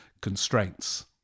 constraints